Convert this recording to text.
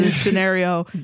scenario